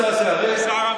השר אמסלם,